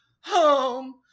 home